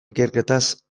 ikerketaz